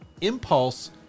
Impulse